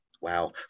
Wow